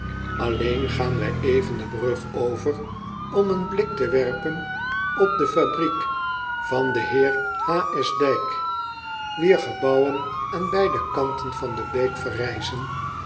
lleen gaan wij even de brug over om een blik te werpen op de fabriek van den eer ijk wier gebouwen aan beide kanten van de beek verrijzen